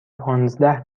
پانزده